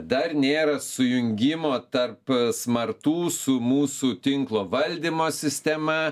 dar nėra sujungimo tarp smartų su mūsų tinklo valdymo sistema